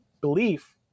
belief